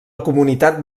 comunitat